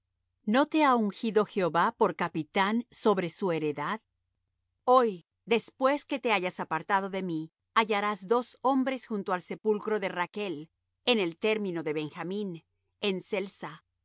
no te ha ungido jehová por capitán sobre su heredad hoy después que te hayas apartado de mí hallarás dos hombres junto al sepulcro de rachl en el término de benjamín en selsah